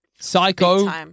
Psycho